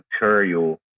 material